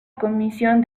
comisión